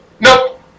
Nope